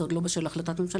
עוד לא בשלב של החלטת ממשלה,